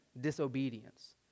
disobedience